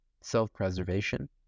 Self-preservation